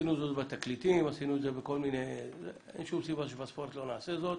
עשינו את זה בתקליטים ואין סיבה שלא נעשה את זה בספורט,